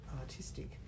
artistic